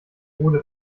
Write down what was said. hohle